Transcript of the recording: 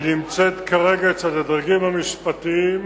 היא נמצאת כרגע אצל הדרגים המשפטים,